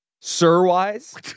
Sir-wise